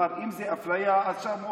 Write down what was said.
אפליה, לעומת, אם זה אפליה, אז מ-940,